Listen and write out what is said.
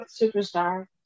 superstar